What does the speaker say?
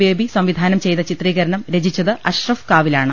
baby സംവിധാനം ചെയ്ത ചിത്രീകരണം രചിച്ചത് അഷ്റഫ് കാവിലാണ്